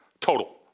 total